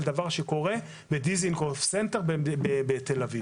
אני מדבר על דבר שקורה בדיזינגוף סנטר בתל אביב.